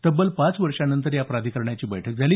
तब्बल पाच वर्षानंतर या प्राधिकरणाची बैठक झाली